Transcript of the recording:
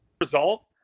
result